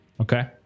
okay